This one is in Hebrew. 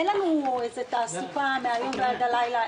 אין לנו תעסוקה מהבוקר עד הלילה,